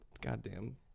goddamn